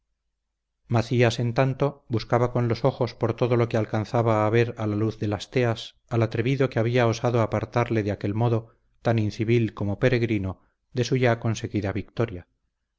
macías en tanto buscaba con los ojos por todo lo que alcanzaba a ver a la luz de las teas al atrevido que había osado apartarle de aquel modo tan incivil como peregrino de su ya conseguida victoria